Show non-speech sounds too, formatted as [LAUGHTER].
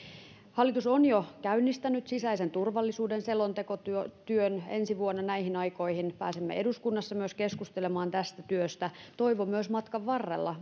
hallitus on jo käynnistänyt sisäisen turvallisuuden selontekotyön ensi vuonna näihin aikoihin pääsemme eduskunnassa myös keskustelemaan tästä työstä toivon myös matkan varrella [UNINTELLIGIBLE]